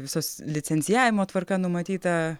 visos licencijavimo tvarka numatyta